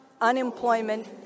unemployment